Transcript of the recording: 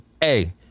Hey